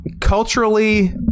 culturally